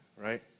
right